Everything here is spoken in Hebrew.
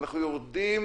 אנחנו יורדים